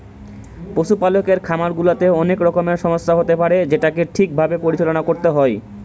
পশুপালকের খামার গুলাতে অনেক রকমের সমস্যা হতে পারে যেটোকে ঠিক ভাবে পরিচালনা করতে হয়